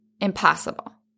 impossible